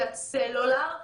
יושבת ראש הוועדה,